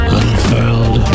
unfurled